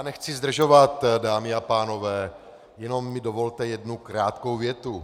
Nechci zdržovat, dámy a pánové, jenom mi dovolte jednu krátkou větu.